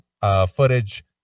footage